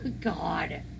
God